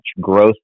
growth